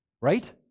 Right